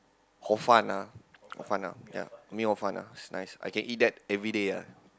hor-fun ah hor-fun ah ya you mean hor-fun ah is nice I can eat that everyday ah